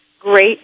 great